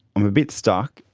i'm a bit stuck.